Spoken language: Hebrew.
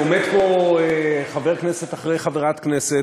עומדים פה חבר כנסת אחרי חברת כנסת,